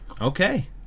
Okay